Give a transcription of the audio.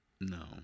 No